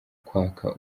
kwaka